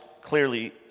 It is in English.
clearly